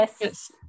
Yes